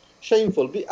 shameful